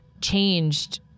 changed